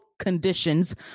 conditions